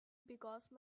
because